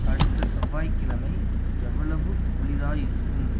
அடுத்த செவ்வாய்க்கிழமை எவ்வளவு குளிராய் இருக்கும்